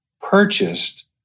purchased